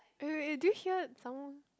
eh wait do you hear someone